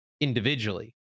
individually